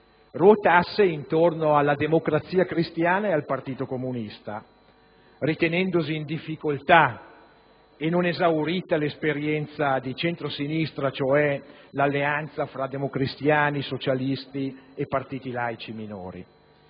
ruotasse intorno alla Democrazia cristiana e al Partito comunista, ritenendosi in difficoltà e non esaurita l'esperienza di centrosinistra (cioè l'alleanza fra democristiani, socialisti e partiti laici minori),